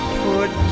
put